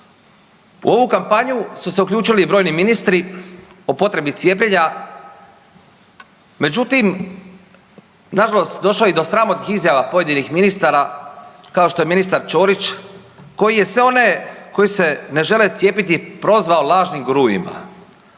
U ovu kampanju su se uključili i brojni ministri o potrebi cijepljenja. Međutim, nažalost došlo je i do sramotnih izjava pojedinih ministara kao što je ministar Ćorić koji je sve one koji se ne žele cijepiti prozvao lažnim guruima.